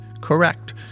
Correct